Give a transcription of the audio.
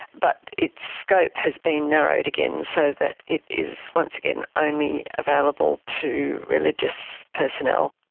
but its scope has been narrowed again so that it is once again only available to religious personnel.